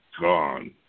gone